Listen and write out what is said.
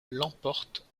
l’emporte